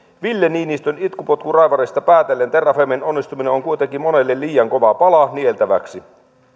ville niinistön itkupotkuraivarista päätellen terrafamen onnistuminen on on kuitenkin monelle liian kova pala nieltäväksi